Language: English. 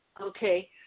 Okay